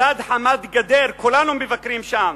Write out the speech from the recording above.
מסגד חמת-גדר, שכולנו מבקרים שם,